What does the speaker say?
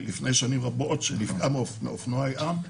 שנפגע מאופנוע ים ומת.